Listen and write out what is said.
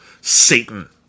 Satan